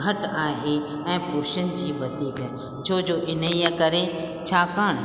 घटि आहे ऐं पुरुषनि जी वधीक छो जो इन करे छाकाणि